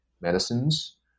medicines